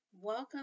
Welcome